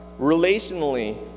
relationally